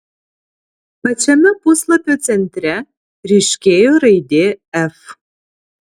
pačiame puslapio centre ryškėjo raidė f